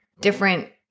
different